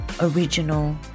original